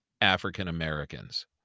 African-Americans